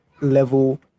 level